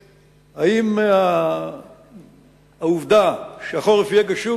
האם העובדה שהחורף יהיה גשום,